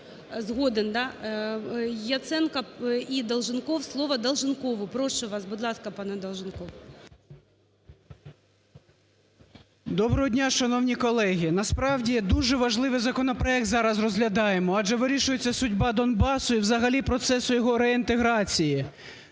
Доброго дня, шановні колеги! Насправді дуже важливий законопроект зараз розглядаємо, адже вирішується судьба Донбасу і взагалі його процесу реінтеграції.